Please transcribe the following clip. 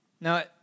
Now